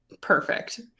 perfect